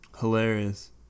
Hilarious